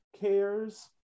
cares